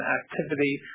activity